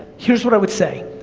here's what i would say.